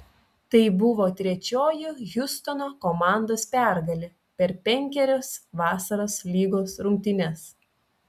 tai buvo trečioji hjustono komandos pergalė per penkerias vasaros lygos rungtynes